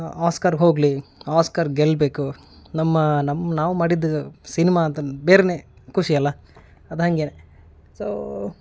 ಆಸ್ಕರ್ಗೆ ಹೋಗಲಿ ಆಸ್ಕರ್ ಗೆಲ್ಲಬೇಕು ನಮ್ಮ ನಮ್ಮ ನಾವು ಮಾಡಿದ್ದು ಸಿನ್ಮಾ ಅಂತಂದ್ ಬೇರೆಯೇ ಖುಷಿ ಅಲ್ವ ಅದು ಹಂಗೇ ಸೋ